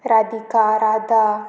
Radhika Radha